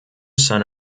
son